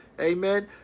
Amen